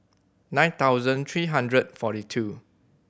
nine thousand three hundred forty two